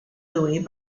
louis